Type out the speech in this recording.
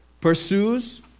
pursues